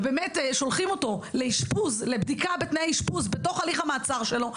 שולחים אותו לבדיקה בתנאי אשפוז בתוך הליך המעצר שלו,